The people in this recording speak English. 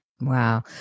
Wow